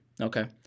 Okay